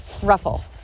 Ruffle